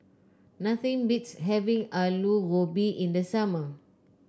nothing beats having Alu Gobi in the summer